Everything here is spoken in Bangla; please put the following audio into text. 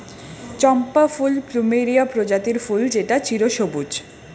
চম্পা ফুল প্লুমেরিয়া প্রজাতির ফুল যেটা চিরসবুজ